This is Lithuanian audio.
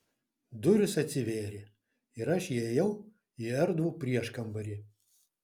durys atsivėrė ir aš įėjau į erdvų prieškambarį